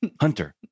Hunter